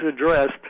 addressed